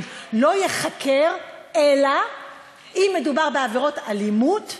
לא ייחקר אלא אם כן מדובר בעבירות אלימות,